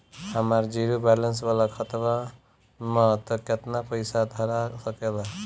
हमार zero balance वाला खतवा म केतना पईसा धरा सकेला?